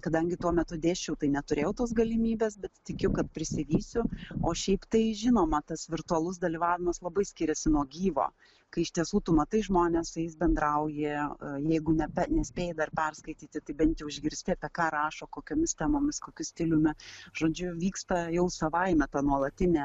kadangi tuo metu dėsčiau tai neturėjau tos galimybės bet tikiu kad prisivysiu o šiaip tai žinoma tas virtualus dalyvavimas labai skiriasi nuo gyvo kai iš tiesų tu matai žmones su jais bendrauji jeigu nepe nespėji dar perskaityti tai bent jau išgirsti apie ką rašo kokiomis temomis kokiu stiliumi žodžiu vyksta jau savaime ta nuolatinė